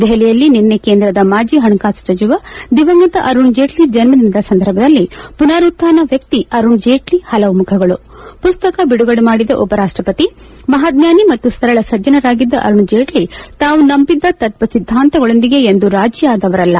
ದೆಹಲಿಯಲ್ಲಿ ನಿನ್ನೆ ಕೇಂದ್ರದ ಮಾಜಿ ಹಣಕಾಸು ಸಚಿವ ದಿವಂಗತ ಅರುಣ್ ಜೇಟ್ಲಿ ಜನ್ನದಿನದ ಸಂದರ್ಭದಲ್ಲಿ ಪುನರುತ್ವಾನ ವ್ಯಕ್ತಿ ಅರುಣ್ ಜೇಟ್ಲ ಹಲವು ಮುಖಗಳು ಮಸ್ತಕ ಬಿಡುಗಡೆ ಮಾಡಿದ ಉಪರಾಷ್ಷಪತಿ ಮಹಾಜ್ವಾನಿ ಮತ್ತು ಸರಳ ಸಜ್ಜನರಾಗಿದ್ದ ಅರುಣ್ ಜೇಟ್ಲ ತಾವು ನಂಬಿದ್ದ ತತ್ವ ಸಿದ್ದಾಂತಗಳೊಂದಿಗೆ ಎಂದೂ ರಾಜಿಯಾದವರಲ್ಲ